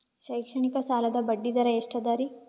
ಶೈಕ್ಷಣಿಕ ಸಾಲದ ಬಡ್ಡಿ ದರ ಎಷ್ಟು ಅದರಿ?